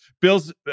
Bill's